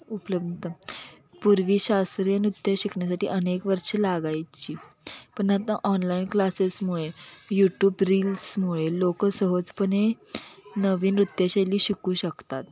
उपलब्ध पूर्वी शास्त्रीय नृत्य शिकण्यासाठी अनेक वर्ष लागायची पण आता ऑनलाईन क्लासेसमुळे यूट्यूब रील्समुळे लोकं सहजपणे नवीन नृत्यशैली शिकू शकतात